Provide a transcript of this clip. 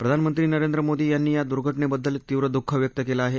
प्रधानमंत्री नरेंद्र मोदी यांनी या दुर्घटनेबद्दल तीव्र दुःख व्यक्त केलं आहे